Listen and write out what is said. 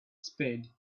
spade